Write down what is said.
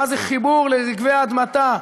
מה זה חיבור לרגבי אדמתה,